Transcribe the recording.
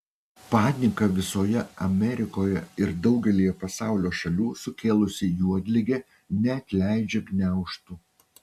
paniką visoje amerikoje ir daugelyje pasaulio šalių sukėlusi juodligė neatleidžia gniaužtų